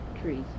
trees